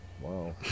Wow